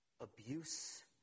abuse